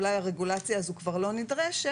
אולי הרגולציה הזו כבר לא נדרשת,